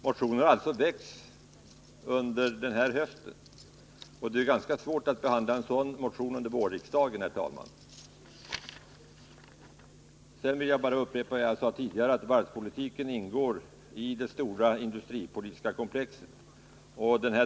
Motionen har alltså väckts under den här hösten. Det är ganska svårt att behandla en sådan motion under vårsessionen, herr talman! Sedan vill jag bara upprepa vad jag sade tidigare, nämligen att varvspolitiken ingår i det stora industripolitiska komplexet.